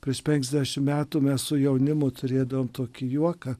prieš penkiasdešimt dešimt metų mes su jaunimu turėdavom tokį juoką